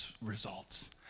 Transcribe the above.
results